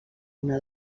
una